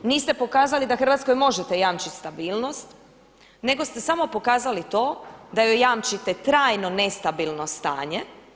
Niste pokazali da Hrvatskoj možete jamčiti stabilnost nego ste samo pokazali to da joj jamčite trajno nestabilno stanje.